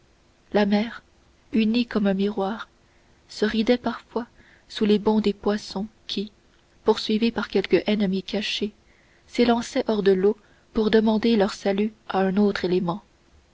la mer unie comme un miroir se ridait parfois sous les bonds des poissons qui poursuivis par quelque ennemi caché s'élançaient hors de l'eau pour demander leur salut à un autre élément